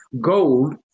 gold